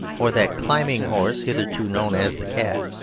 or that climbing horse hitherto known as the cat,